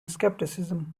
skepticism